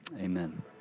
amen